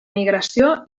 migració